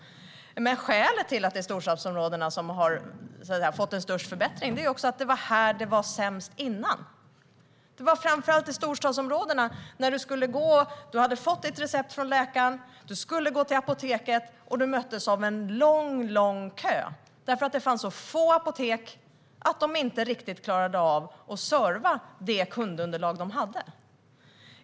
Skälet till att det är storstadsområdena som har fått den största förbättringen är att det var i dessa områden som det tidigare var sämst. När man hade fått sitt recept från läkaren och skulle gå till apoteket möttes man av en lång, lång kö. Det fanns så få apotek att dessa inte riktigt klarade av att serva det kundunderlag som de hade.